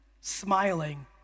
smiling